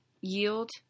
yield